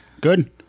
good